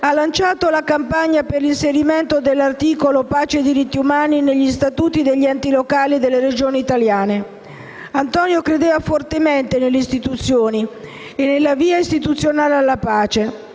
ha lanciato la campagna per l'inserimento dell'articolo «Pace-diritti umani» negli Statuti degli enti locali e delle Regioni italiane. Antonio credeva fortemente nelle istituzioni e nella via istituzionale alla pace